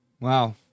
wow